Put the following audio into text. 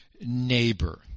neighbor